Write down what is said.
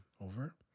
over